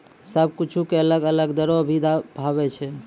सब कुछु के अलग अलग दरो भी होवै छै